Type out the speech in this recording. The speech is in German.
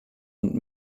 und